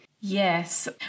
Yes